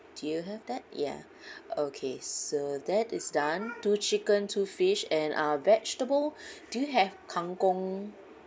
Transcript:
do you have that yeah okay so that is done two chicken two fish and uh vegetable do you have kang kong